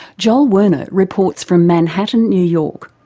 joel werner reports from manhattan, new york,